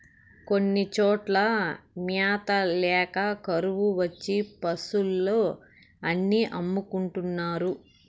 కొన్ని చోట్ల మ్యాత ల్యాక కరువు వచ్చి పశులు అన్ని అమ్ముకుంటున్నారు